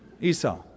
Esau